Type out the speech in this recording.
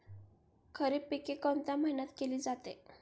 खरीप पिके कोणत्या महिन्यात केली जाते?